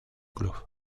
club